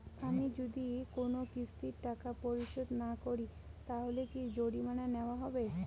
আমি যদি কোন কিস্তির টাকা পরিশোধ না করি তাহলে কি জরিমানা নেওয়া হবে?